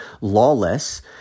Lawless